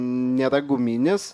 nėra guminis